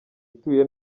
ituye